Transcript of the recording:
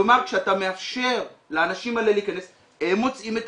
כלומר שאתה מאפשר לאנשים אלה להכנס הם מוצאים את